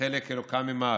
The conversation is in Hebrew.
וחלק אלוה ממעל,